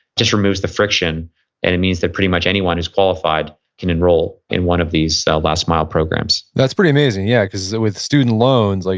just removes the friction and it means that pretty much anyone who's qualified can enroll in one of these last mile programs that's pretty amazing yeah because with student loans, like